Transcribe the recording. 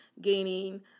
gaining